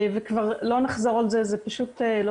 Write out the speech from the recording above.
ולא נחזור על זה, זה פשוט לא